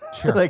Sure